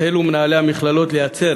החלו מנהלי המכללות לייצר,